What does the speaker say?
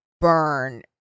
burn